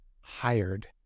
hired